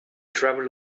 trouble